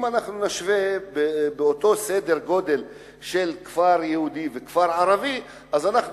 אם נשווה כפר יהודי לכפר ערבי באותו סדר-גודל,